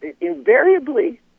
invariably